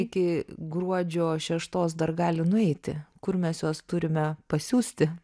iki gruodžio šeštos dar gali nueiti kur mes juos turime pasiųsti